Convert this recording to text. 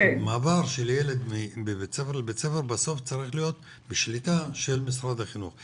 המעבר של ילד מבית ספר לבית ספר בסוף צריך להיות בשליטה של משרד החינוך.